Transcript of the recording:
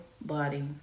body